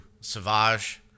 Savage